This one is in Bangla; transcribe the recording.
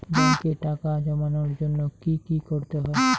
ব্যাংকে টাকা জমানোর জন্য কি কি করতে হয়?